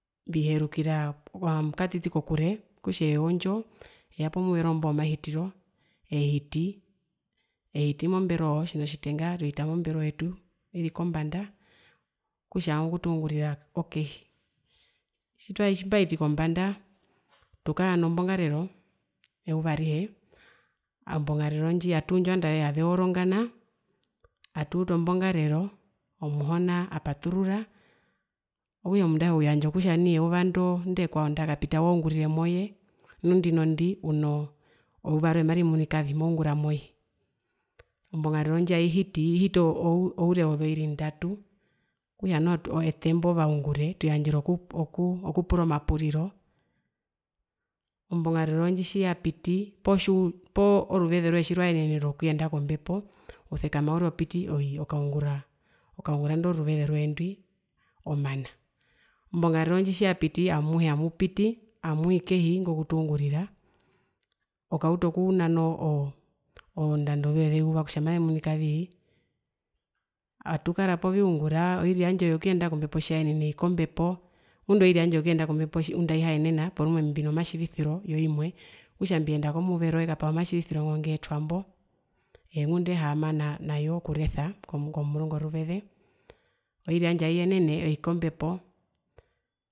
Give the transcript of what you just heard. Mbiherukira katiti kokure okutja eondjo, eya pomuvero imbo womahitiro ehiti, ehiti ehiti momberoo yetu otjina otjitenga ehiti momberoo yetu iri kombanda okutja ingwi kutungurira okehi, tjitwa tjitwahiti kombanda tukara nombongarero eyuva arihe ombongarero ndji atuundju ovandu avehe aveorongana atuutu ombongarero, omuhona apaturura okutja omundu auhe uyandja kutja nai eyuva ndo inde kwao ndakapita waungurire moye nu ndino ndi unoo eyuva rwee marimunikavi mounguramoye, ombongarero ndji aihiti, ihita ou oure wozoiri ndatu okutja noho ete mbo vaungure tuyandjerwa oku okupura omapuriro, ombongarero ndji tjiyapiti poo tjiuno poo ruveze roye tjirwaenene rokuyenda kombepo usekama uriri opiti usekama uriri okaungura okaunguraindo ruveze rwee ndwi omana, ombongarero ndji tjiyapiti amuhe amupiti amwii kehi ingo kutunguririra okauta okunana, oo ozondando zoye zeyuva kutja mazemunika vii, atukara poviungura oiri yandje yokuyenda kombepo tjiyaenene eii kombepo ngunda oiri yandje yokuyenda kombepo ngunda aihiyaenena porumwe mbino matjivisiro yo imwe okutja mbiyenda komuvero ekapaha omatjivisiro ngeetwambo engunda eehama na nayo kuresa komurungu oruveze oiri yanjde aiyenene eii kombepo.